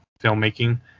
filmmaking